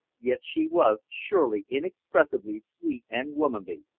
yet she was surely inexpressibly sweet and womanly,